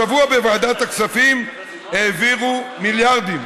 השבוע בוועדת הכספים העבירו מיליארדים,